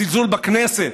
הזלזול בכנסת,